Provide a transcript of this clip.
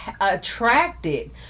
attracted